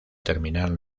terminal